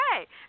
okay